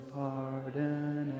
pardon